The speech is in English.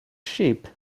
sheep